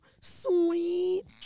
sweet